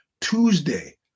Tuesday